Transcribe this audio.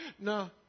no